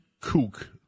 kook